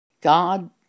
God